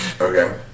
Okay